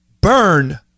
Burn